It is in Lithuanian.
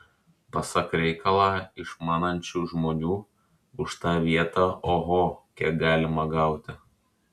pasak reikalą išmanančių žmonių už tą vietą oho kiek galima gauti